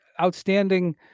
outstanding